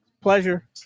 Pleasure